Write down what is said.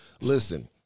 Listen